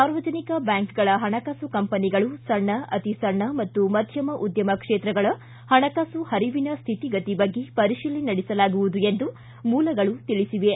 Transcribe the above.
ಸಾರ್ವಜನಿಕ ಬ್ಯಾಂಕ್ಗಳ ಹಣಕಾಸು ಕಂಪನಿಗಳು ಸಣ್ಣ ಅತಿ ಸಣ್ಣ ಮತ್ತು ಮಧ್ಯಮ ಉದ್ಯಮ ಕ್ಷೇತ್ರಗಳ ಹಣಕಾಸು ಹರಿವಿನ ಸ್ಥಿತಿ ಗತಿ ಬಗ್ಗೆ ಪರೀಶಿಲನೆ ನಡೆಸಲಾಗುವುದು ಎಂದು ಮೂಲಗಳ ತಿಳಿಸಿವೆ